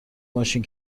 ماشین